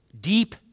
Deep